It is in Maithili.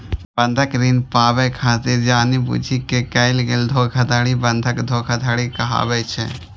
बंधक ऋण पाबै खातिर जानि बूझि कें कैल गेल धोखाधड़ी बंधक धोखाधड़ी कहाबै छै